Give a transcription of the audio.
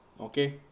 Okay